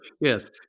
yes